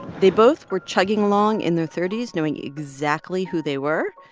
they both were chugging along in their thirty s, knowing exactly who they were.